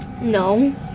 No